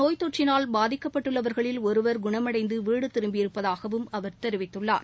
நோய் தொற்றினால் பாதிக்கப்பட்டுள்ளவர்களில் ஒருவர் இந்த குணமடைந்து வீடு திரும்பியிருப்பதாகவும் அவர் தெரிவித்துள்ளார்